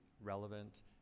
relevant